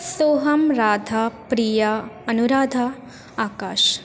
Soham Radha Priya Anuradha Akash